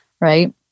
right